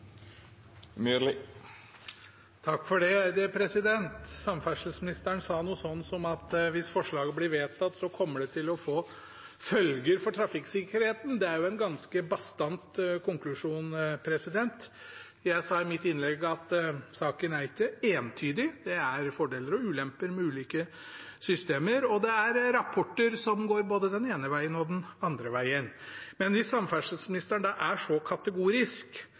Det vert replikkordskifte. Samferdselsministeren sa noe sånt som at hvis forslaget blir vedtatt, kommer det til å få følger for trafikksikkerheten. Det er en ganske bastant konklusjon. Jeg sa i mitt innlegg at saken ikke er entydig. Det er fordeler og ulemper med ulike systemer, og det er rapporter som går både den ene og den andre veien. Men hvis samferdselsministeren er så kategorisk,